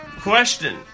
Question